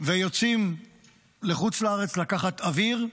ויוצאים לחוץ לארץ לקחת אוויר,